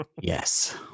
yes